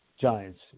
Giants